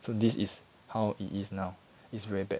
so this is how it is now is very bad